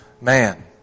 man